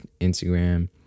Instagram